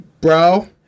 bro